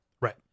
Right